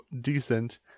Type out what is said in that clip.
decent